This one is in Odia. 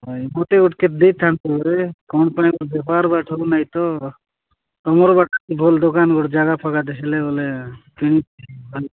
ହଇ ମୋତେ ଗୋଟକେ ଦେଇଥାନ୍ତୁରେ କ'ଣ ପାଇଁ ବେପାର ବାଠ ନାହିଁ ତ ତମର ବାଟ ଭଲ ଦୋକାନ ଗୋଟ ଜାଗା ଫାଗା ବୋଲେ କିଣି